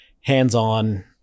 hands-on